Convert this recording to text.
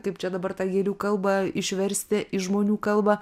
kaip čia dabar tą gėlių kalbą išversti į žmonių kalbą